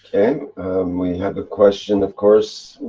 and we have a question of course,